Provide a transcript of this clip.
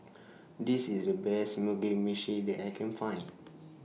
This IS The Best Mugi Meshi that I Can Find